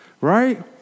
right